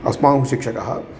अस्माकं शिक्षकः